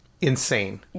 insane